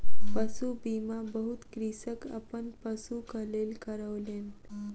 पशु बीमा बहुत कृषक अपन पशुक लेल करौलेन